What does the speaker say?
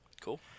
cool